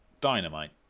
dynamite